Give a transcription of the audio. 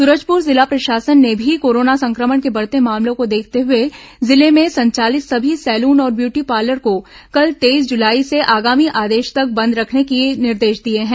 सूरजपुर जिला प्रशासन ने भी कोरोना संक्रमण के बढ़ते मामलों को देखते हुए जिले में संचालित सभी सैलून और ब्यूटी पार्लर को कल तेईस जुलाई से आगामी आदेश तक बंद रखने के निर्देश दिए हैं